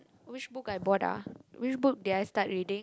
which book I bought ah which book did I start reading